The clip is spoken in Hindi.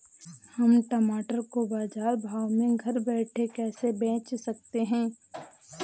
हम टमाटर को बाजार भाव में घर बैठे कैसे बेच सकते हैं?